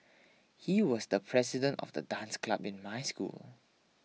he was the president of the dance club in my school